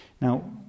Now